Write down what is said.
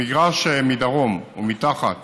במגרש שמדרום או מתחת